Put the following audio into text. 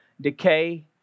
decay